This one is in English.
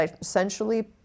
essentially